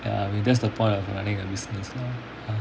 ya I mean that's the point of running a business lah ya